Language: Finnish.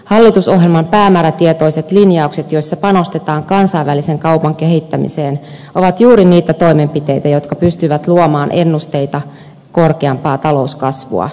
hallitusohjelman päämäärätietoiset linjaukset joissa panostetaan kansainvälisen kaupan kehittämiseen ovat juuri niitä toimenpiteitä jotka pystyvät luomaan ennusteita korkeampaa talouskasvua